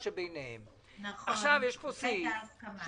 זה החוק היום.